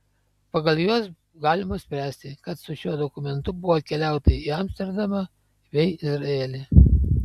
pagal juos galima spręsti kad su šiuo dokumentu buvo keliauta į amsterdamą bei izraelį